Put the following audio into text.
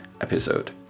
episode